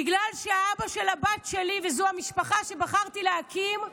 בגלל האבא של הבת שלי, זו המשפחה שבחרתי להקים.